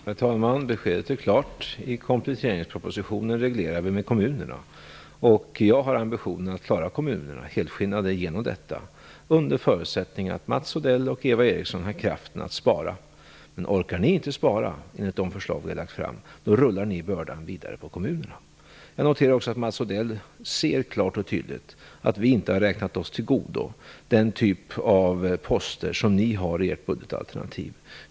Herr talman! Beskedet är klart. I kompletteringspropositionen reglerar vi med kommunerna. Min ambition är att klara kommunerna helskinnade genom detta under förutsättning att Mats Odell och Eva Eriksson har kraften att spara. Men orkar ni inte spara enligt de förslag som vi har lagt fram, då övervältrar ni bördan vidare på kommunerna. Jag noterar också att Mats Odell ser klart och tydligt att vi inte har räknat oss till godo den typ av poster som ni har i ert budgetalternativ.